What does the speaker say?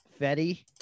Fetty